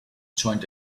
joined